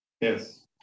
Yes